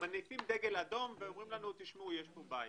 מניפים דגל אדום ואומרים לנו: תשמעו, יש פה בעיה.